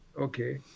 Okay